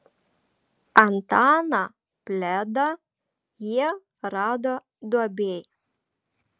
antaną pledą jie rado duobėj